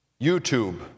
YouTube